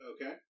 Okay